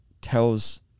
tells